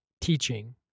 teaching